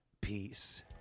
peace